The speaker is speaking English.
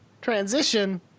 transition